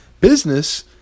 Business